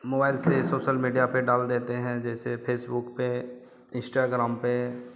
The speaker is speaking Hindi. मोबाइल से सोसल मीडिया पर डाल देते हैं जैसे फेसबुक पर इन्स्टाग्राम पर